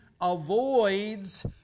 avoids